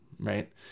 right